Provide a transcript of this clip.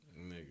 Nigga